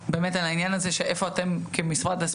הסיפור של קידום ענף הנשים בתוך התוכנית